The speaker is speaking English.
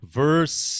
verse